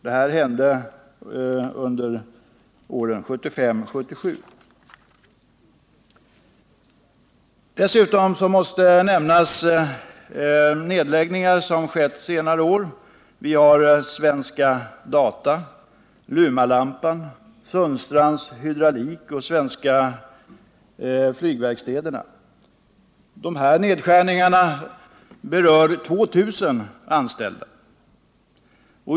Detta hände under åren 1975-1977. Dessutom måste nämnas nedläggningar som inträffat under senare år. Vi har Svenska Dataregister, Lumalampan, Sundstrands Hydraulic och Svenska Flygverkstäder. De här nedskärningarna berör 2000 anställda.